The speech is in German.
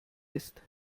ist